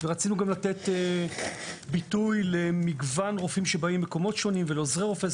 רצינו גם לתת ביטוי למגוון רופאים שבאים ממקומות שונים ולעוזרי רופא,